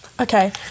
Okay